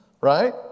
right